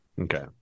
Okay